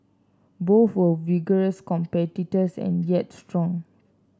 both were vigorous competitors and yet strong